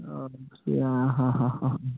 okay